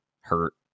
hurt